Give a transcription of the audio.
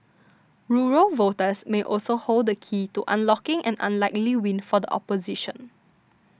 rural voters may also hold the key to unlocking an unlikely win for the opposition